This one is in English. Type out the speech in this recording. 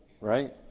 Right